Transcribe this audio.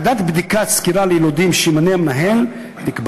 (ג) ועדת בדיקת סקירה ליילודים שימנה המנהל תקבע